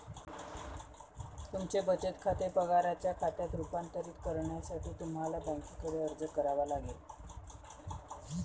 तुमचे बचत खाते पगाराच्या खात्यात रूपांतरित करण्यासाठी तुम्हाला बँकेकडे अर्ज करावा लागेल